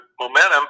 momentum